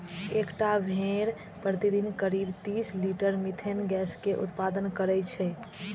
एकटा भेड़ प्रतिदिन करीब तीस लीटर मिथेन गैस के उत्पादन करै छै